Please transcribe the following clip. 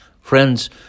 Friends